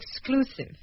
exclusive